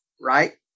Right